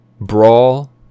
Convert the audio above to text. brawl